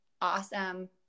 awesome